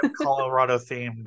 Colorado-themed